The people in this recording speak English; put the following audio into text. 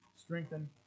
strengthen